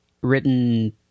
written